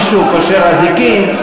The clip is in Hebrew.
מישהו קושר אזיקים,